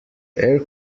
air